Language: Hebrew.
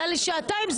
עלה לשעתיים.